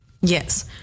Yes